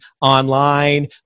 online